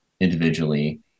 individually